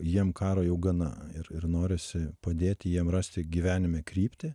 jiem karo jau gana ir ir norisi padėti jiem rasti gyvenime kryptį